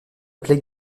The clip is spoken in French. plaie